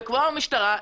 וכמו המשטרה.